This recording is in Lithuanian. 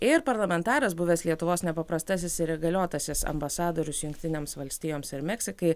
ir parlamentaras buvęs lietuvos nepaprastasis ir įgaliotasis ambasadorius jungtinėms valstijoms ir meksikai